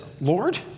Lord